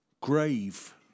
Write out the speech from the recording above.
grave